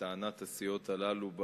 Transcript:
לטענת הסיעות הללו,